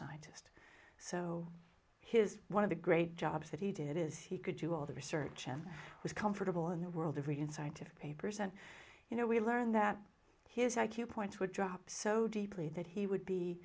scientist so his one of the great jobs that he did is he could do all the research and was comfortable in the world of reading scientific papers and you know we learned that his i q points would drop so deeply that he would be